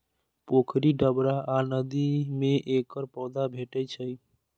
पोखरि, डबरा आ नदी मे एकर पौधा भेटै छैक